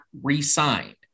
re-signed